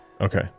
Okay